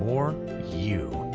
more you.